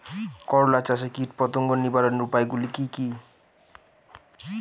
করলা চাষে কীটপতঙ্গ নিবারণের উপায়গুলি কি কী?